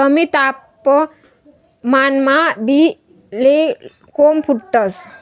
कमी तापमानमा बी ले कोम फुटतंस